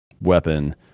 weapon